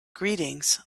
greetings